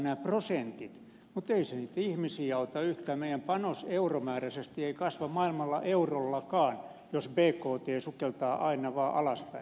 mutta ei se niitä ihmisiä auta yhtään meidän panoksemme euromääräisesti ei kasva maailmalla eurollakaan jos bkt sukeltaa aina vaan alaspäin